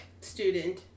Student